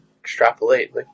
extrapolate